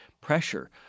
pressure